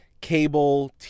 cable